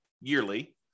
yearly